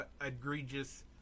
egregious